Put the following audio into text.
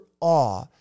awe